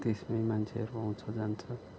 त्यसमै मान्छेहरू आउँछ जान्छ